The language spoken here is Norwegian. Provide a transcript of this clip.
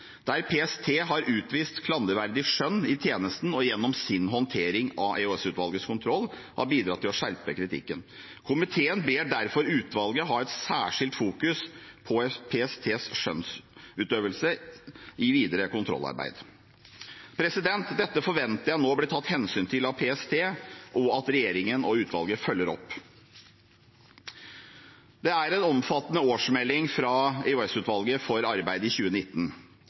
utvist klanderverdig skjønn i tjenesten og gjennom sin håndtering av EOS-utvalgets kontroll har bidratt til å skjerpe kritikken. Komiteen ber derfor utvalget ha et særlig fokus på PSTs skjønnsutøvelse i videre kontrollarbeid.» Dette forventer jeg nå blir tatt hensyn til av PST, og at regjeringen og utvalget følger opp. Det er en omfattende årsmelding fra EOS-utvalget for arbeidet i 2019.